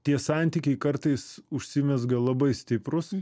tie santykiai kartais užsimezga labai stiprūs